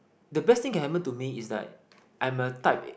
the best thing can happen to me is like I'm a type